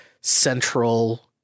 central